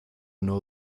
know